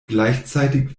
gleichzeitig